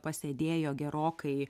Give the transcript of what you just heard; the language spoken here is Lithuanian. pasėdėjo gerokai